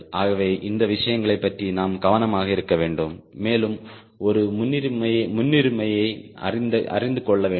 ஆகவே இந்த விஷயங்களைப் பற்றி நாம் கவனமாக இருக்க வேண்டும் மேலும் ஒரு முன்னுரிமையை அறிந்து கொள்ள வேண்டும்